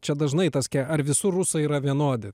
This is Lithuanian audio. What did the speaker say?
čia dažnai tas ar visur rusai yra vienodi